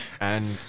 and-